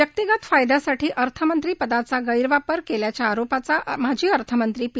व्यक्तिगत फायद्यासाठी अर्थमंत्रीपदाचा गैरवापर केल्याच्या आरोपाचा माजी अर्थमंत्री पी